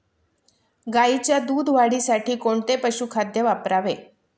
गाईच्या दूध वाढीसाठी कोणते पशुखाद्य वापरावे?